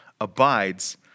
abides